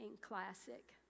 classic